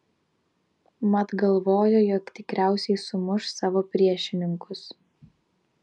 mat galvojo jog tikriausiai sumuš savo priešininkus